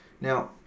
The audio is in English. Now